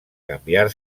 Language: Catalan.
canviar